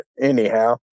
anyhow